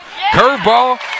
Curveball